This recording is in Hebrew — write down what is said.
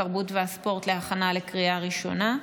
התרבות והספורט להכנה לקריאה ראשונה.